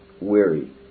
weary